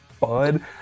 bud